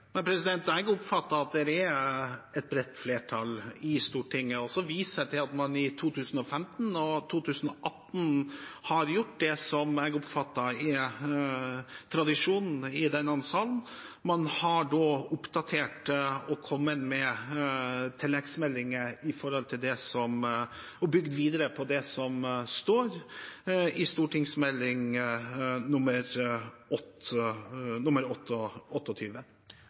Jeg oppfatter at det er et bredt flertall i Stortinget, og jeg viser til at man i 2015 og 2018 har gjort det jeg oppfatter er tradisjonen i denne sal. Man har oppdatert og kommet med tilleggsmeldinger og bygd videre på det som står i